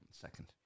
Second